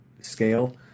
scale